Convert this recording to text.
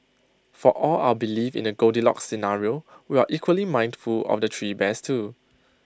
for all our belief in A goldilocks scenario we are equally mindful of the three bears too